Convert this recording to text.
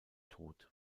tod